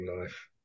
life